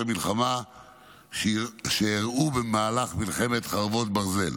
המלחמה שאירעו במהלך מלחמת חרבות ברזל.